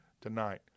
tonight